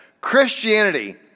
Christianity